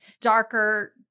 darker